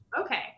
Okay